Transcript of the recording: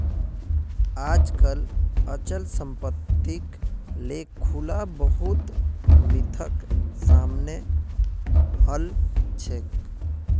आजकल अचल सम्पत्तिक ले खुना बहुत मिथक सामने वल छेक